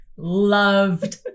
Loved